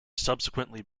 subsequently